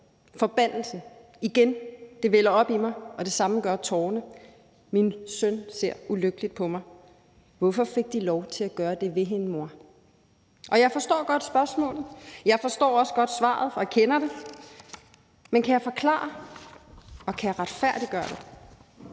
forbandelsen igen. Det vælder op i mig, og det samme gør tårerne. Min søn ser ulykkeligt på mig. Hvorfor fik de lov til at gøre det ved hende, mor? Og jeg forstår godt spørgsmålet, jeg forstår også godt svaret, for jeg kender det. Men kan jeg forklare, og kan jeg retfærdiggøre det?